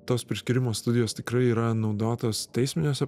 tos priskyrimo studijos tikrai yra naudotos teisminiuose